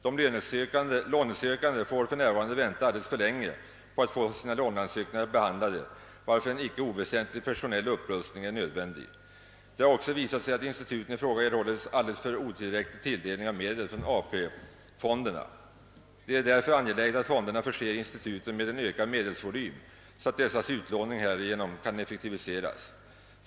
De lånesökande får för närvarande vänta alldeles för länge på att få sina låneansökningar behandlade, varför en icke oväsentlig personell upprustning är nödvändig. Det har också visat sig att instituten i fråga erhåller helt otillräcklig tilldelning av medel från AP-fonderna. Det är därför angeläget, att fonderna förser instituten med en ökad medelsvolym, så att dessas utlåning härigenom kan effektiviseras.